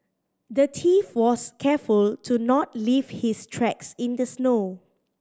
the thief was careful to not leave his tracks in the snow